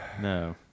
no